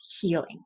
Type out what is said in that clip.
healing